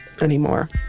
anymore